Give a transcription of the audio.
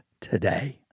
today